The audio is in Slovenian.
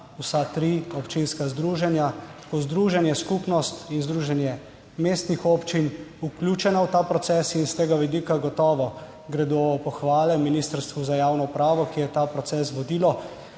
vsa tri občinska združenja, tako Združenje, Skupnost kot Združenje mestnih občin, vključena v ta proces. S tega vidika gotovo gredo pohvale Ministrstvu za javno upravo, ki je ta proces vodilo